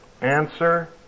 Answer